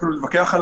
שיתחילו להתווכח,